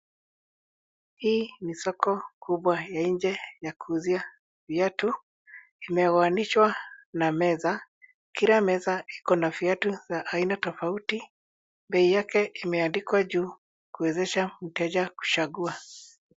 Hii ni soko kubwa ya nje ya kuuzia viatu. Vimegawanyishwa kwa meza. Kila meza ikona viatu vya aina tofauti. Bei yake imeandikwa juu kuwezesha mteja kuchagua.